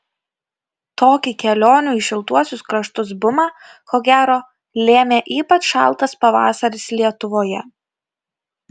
tokį kelionių į šiltuosius kraštus bumą ko gero lėmė ypač šaltas pavasaris lietuvoje